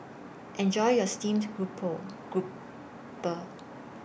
Enjoy your Steamed Grouper Grouper